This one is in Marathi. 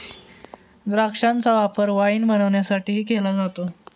द्राक्षांचा वापर वाईन बनवण्यासाठीही केला जातो